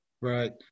Right